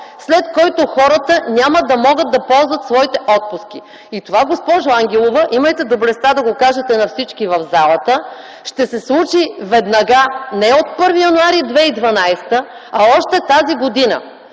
след който хората няма да могат да ползват своите отпуски. Това, госпожо Ангелова, имайте доблестта да го кажете на всички в залата, ще се случи веднага – не от 1 януари 2012, а още тази година.